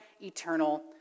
eternal